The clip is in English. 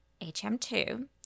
HM2